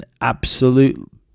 Absolute